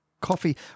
coffee